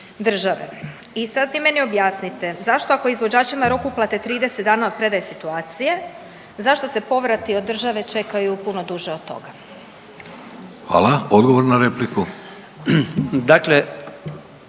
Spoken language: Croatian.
države. I sad vi meni objasnite, zašto ako je izvođačima rok uplate 30 dana od predaje situacije, zašto se povrati od države čekaju puno duže od toga? **Vidović, Davorko